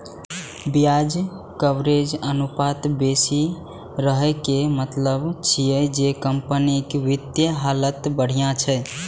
ब्याज कवरेज अनुपात बेसी रहै के मतलब छै जे कंपनीक वित्तीय हालत बढ़िया छै